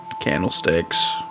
Candlesticks